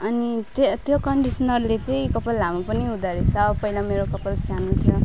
अनि त्यो त्यो कन्डिसनरले चाहिँ कपाल लामो पनि हुँदो रहेछ पहिला मेरो कपाल सानो थियो